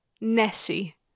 Nessie